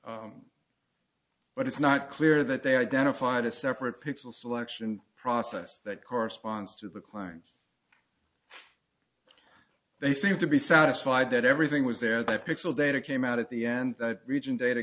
how but it's not clear that they identified a separate pixel selection process that corresponds to the clients they seem to be satisfied that everything was there the pixel data came out at the end that region data